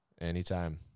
Anytime